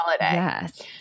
Yes